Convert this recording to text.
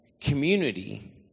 community